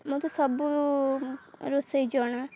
ମତେ ସବୁ ରୋଷେଇ ଜଣା